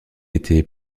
était